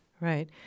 Right